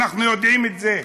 אנחנו יודעים את זה.